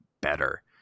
better